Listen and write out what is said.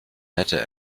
nette